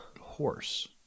horse